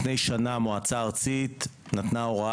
לפני שנה המועצה הארצית נתנה הוראה